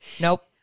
Nope